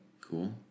Cool